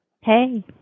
hey